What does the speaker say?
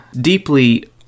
deeply